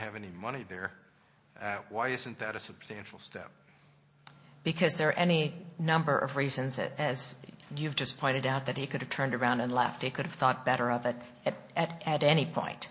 have any money there why isn't that a substantial step because there are any number of reasons that as you've just pointed out that he could have turned around and left he could have thought better of it at at at any point